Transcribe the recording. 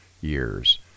years